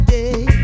day